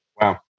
Wow